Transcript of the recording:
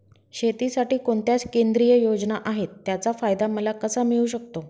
शेतीसाठी कोणत्या केंद्रिय योजना आहेत, त्याचा फायदा मला कसा मिळू शकतो?